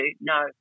no